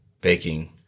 baking